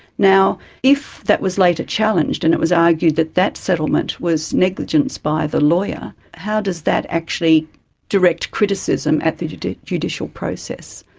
now, if that was later challenged, and it was argued that that settlement was negligence by the lawyer, how does that actually direct criticism at the judicial process?